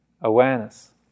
awareness